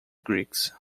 greeks